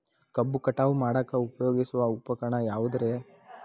ಕಬ್ಬು ಕಟಾವು ಮಾಡಾಕ ಉಪಯೋಗಿಸುವ ಉಪಕರಣ ಯಾವುದರೇ?